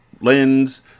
lens